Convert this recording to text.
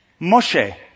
Moshe